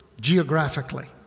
geographically